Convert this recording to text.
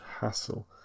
hassle